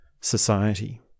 society